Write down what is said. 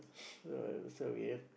so so yep